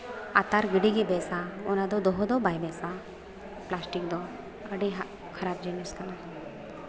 ᱟᱛᱟᱨ ᱜᱤᱰᱤ ᱜᱮ ᱵᱮᱥᱟ ᱚᱱᱟ ᱫᱚᱦᱚ ᱫᱚ ᱵᱟᱭ ᱵᱮᱥᱟ ᱯᱞᱟᱥᱴᱤᱠ ᱫᱚ ᱟᱹᱰᱤ ᱠᱷᱟᱨᱟᱯ ᱡᱤᱱᱤᱥ ᱠᱟᱱᱟ